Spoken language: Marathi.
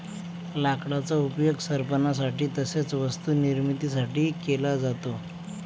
लाकडाचा उपयोग सरपणासाठी तसेच वस्तू निर्मिती साठी केला जातो